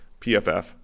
pff